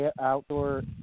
outdoor